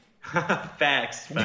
facts